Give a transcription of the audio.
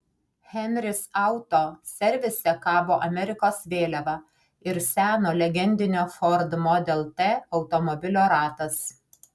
henris auto servise kabo amerikos vėliava ir seno legendinio ford model t automobilio ratas